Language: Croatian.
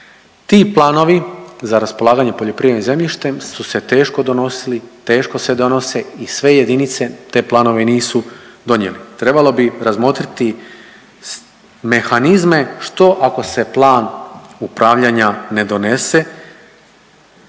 Ti planovi za raspolaganje poljoprivrednim zemljištem su se teško donosili, teško se donose i sve jedinice te planove nisu donijeli. Trebalo bi razmotriti mehanizme što ako se plan upravljanja ne donese